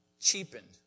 cheapened